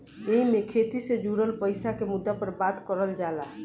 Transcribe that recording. एईमे खेती से जुड़ल पईसा के मुद्दा पर बात करल जाला